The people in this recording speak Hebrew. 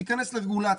תיכנס לרגולציה,